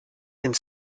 and